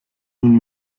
nun